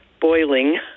boiling